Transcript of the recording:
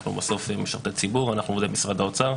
אנחנו בסוף משרתי ציבור, אנחנו עובדי משרד האוצר.